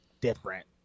different